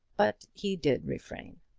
but he did refrain.